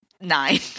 nine